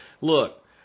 Look